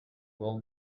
will